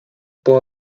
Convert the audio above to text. pour